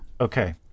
Okay